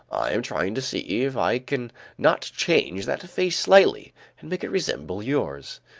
i am trying to see if i can not change that face slightly and make it resemble yours.